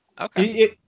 Okay